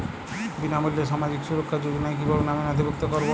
বিনামূল্যে সামাজিক সুরক্ষা যোজনায় কিভাবে নামে নথিভুক্ত করবো?